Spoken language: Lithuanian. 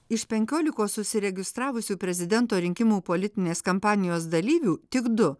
iš penkiolikos užsiregistravusių prezidento rinkimų politinės kampanijos dalyvių tik du